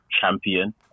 champion